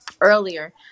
earlier